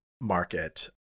market